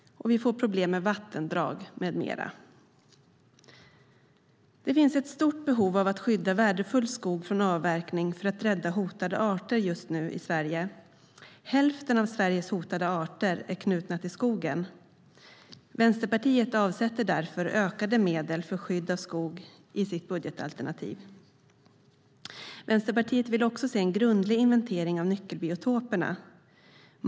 Vi får problem med vattendrag med mera. Det finns ett stort behov av att skydda värdefull skog från avverkning för att rädda hotade arter just nu i Sverige. Hälften av Sveriges hotade arter är knutna till skogen. Vänsterpartiet avsätter därför ökade medel för skydd av skog i sitt budgetalternativ. Vänsterpartiet vill också se en grundlig inventering av nyckelbiotoperna.